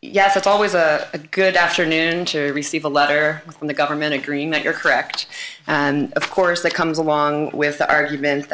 yes it's always a good afternoon to receive a letter from the government agreeing that you're correct and of course that comes along with the argument